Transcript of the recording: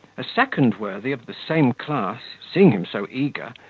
a second worthy of the same class, seeing him so eager,